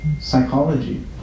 psychology